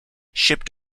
shipped